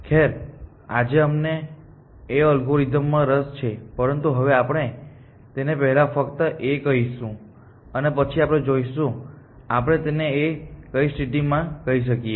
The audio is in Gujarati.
ખેર આજે અમને A અલ્ગોરિધમમાં રસ છે પરંતુ હવે આપણે તેને પહેલા ફક્ત A કહીશું અને પછી આપણે જોઈશું કે આપણે તેને A કઈ સ્થિતિમાં કહી શકીએ